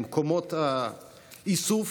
ממקומות האיסוף.